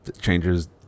Changes